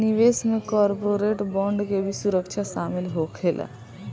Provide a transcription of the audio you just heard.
निवेश में corporate bond के भी सुरक्षा शामिल होखेला